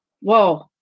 Whoa